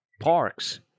Parks